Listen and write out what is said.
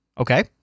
okay